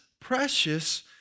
precious